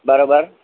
बरोबर